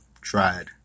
tried